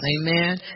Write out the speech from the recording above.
Amen